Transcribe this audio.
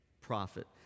prophet